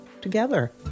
together